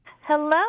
Hello